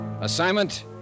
Assignment